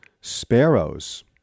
Sparrows